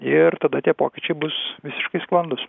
ir tada tie pokyčiai bus visiškai sklandūs